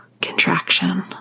contraction